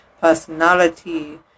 personality